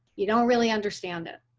you don't really understand it.